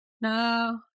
no